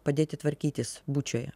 padėti tvarkytis bučioje